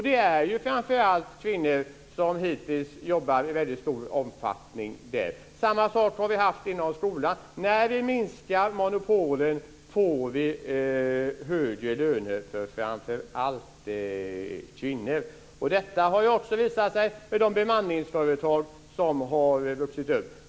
Det är framför allt kvinnor som hittills i stor omfattning jobbar där. Samma sak är det inom skolan. När monopolen minskar blir det högre löner för framför allt kvinnor. Detta har också visat sig med de bemanningsföretag som har vuxit upp.